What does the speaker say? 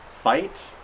fight